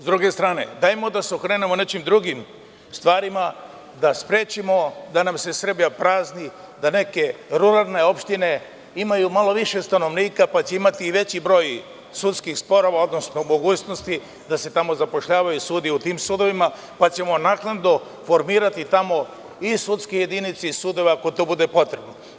Sa druge strane, hajde da se okrenemo nekim drugim stvarima, da sprečimo da nam se Srbija prazni, da neke ruralne opštine imaju malo više stanovnika pa će imati i veći broj sudskih sporova, odnosno mogućnosti da se tamo zapošljavaju sudije u tim sudovima, pa ćemo naknadno formirati i sudske jedinice i sudove, ako to bude potrebno.